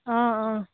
অঁ অঁ